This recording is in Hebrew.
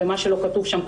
ומה שלא כתוב שם,